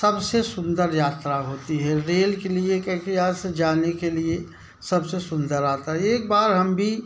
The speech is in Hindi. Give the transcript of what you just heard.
सबसे सुंदर यात्रा होती है रेल की लिए क्योंकि यहाँ से जाने के लिए सबसे सुंदर रास्ता एक बार हम भी